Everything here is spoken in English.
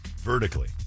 vertically